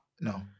No